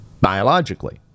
Biologically